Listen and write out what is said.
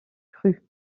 crues